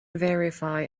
verify